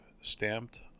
stamped